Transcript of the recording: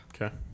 Okay